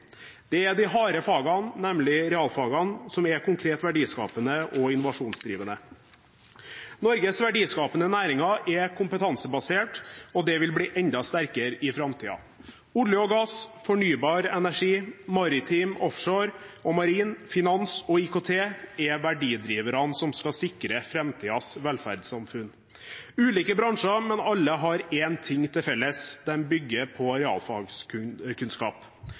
Det er de harde fagene, nemlig realfagene, som er konkret verdiskapende og innovasjonsdrivende. Norges verdiskapende næringer er kompetansebaserte og vil bli det enda sterkere i framtiden. Olje og gass, fornybar energi, maritim, offshore, marin, finans og IKT er verdidriverne som skal sikre framtidens velferdssamfunn. Dette er ulike bransjer, men alle har én ting til felles: De bygger på